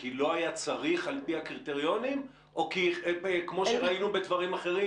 כי לא היה צריך על פי הקריטריונים או כי כמו בדברים אחרים